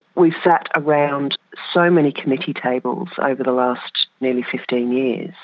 we've sat around so many committee tables over the last nearly fifteen years,